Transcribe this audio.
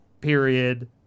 period